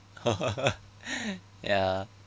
ya